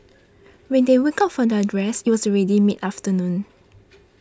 when they woke up from their rest it was already mid afternoon